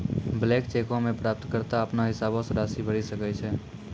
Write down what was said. blank चेको मे प्राप्तकर्ता अपनो हिसाबो से राशि भरि सकै छै